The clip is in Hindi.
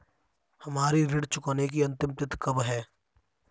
हमारी ऋण चुकाने की अंतिम तिथि कब है?